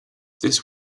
this